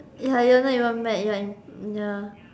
ya you're not even mad you're in ya